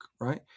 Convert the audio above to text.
Right